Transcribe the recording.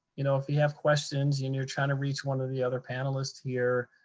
you know, if you have questions and you're trying to reach one of the other panelists here,